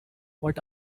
what